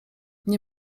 nie